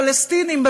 פלסטינים,